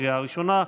לקריאה הראשונה.